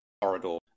corridor